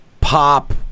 pop